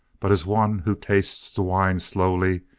but as one who tastes the wine slowly,